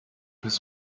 his